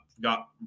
got